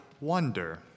wonder